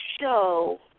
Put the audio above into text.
show